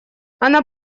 она